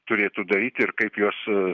turėtų daryti ir kaip juos